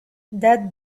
that